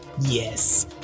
yes